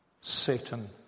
Satan